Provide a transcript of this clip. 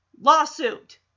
Lawsuit